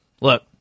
look